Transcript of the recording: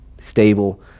stable